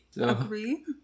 Agree